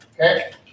okay